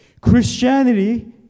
Christianity